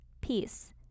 peace